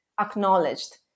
acknowledged